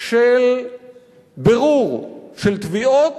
של בירור, של תביעות